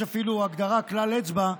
יש אפילו הגדרה, כלל אצבע,